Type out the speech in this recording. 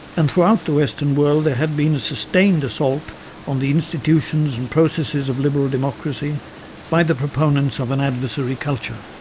and throughout the western world there had been a sustained assault on the institutions and processes of liberal democracy by the proponents of an adversary culture.